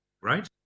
right